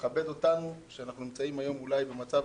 שמכבד אותנו, שאנחנו נמצאים היום אולי במצב